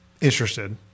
interested